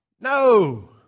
no